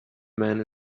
man